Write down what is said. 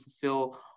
fulfill